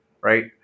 right